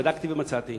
בדקתי ומצאתי